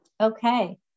okay